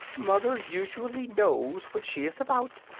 mother usually knows what she is about,